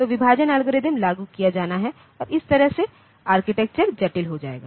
तो विभाजन एल्गोरिथ्म लागू किया जाना है और इस तरह से आर्किटेक्चर जटिल हो जाएगा